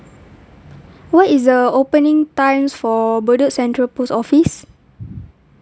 what is the opening times for bedok central post office